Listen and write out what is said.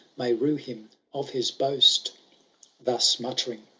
may rue him of his boast thus muttering,